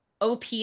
OP